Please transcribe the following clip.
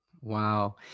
Wow